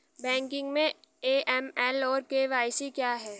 Banking में AML और KYC क्या हैं?